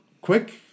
quick